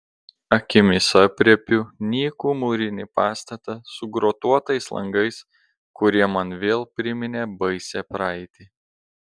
akimis aprėpiu nykų mūrinį pastatą su grotuotais langais kurie man vėl priminė baisią praeitį